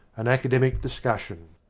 an academic discussion